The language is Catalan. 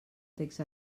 text